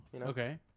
Okay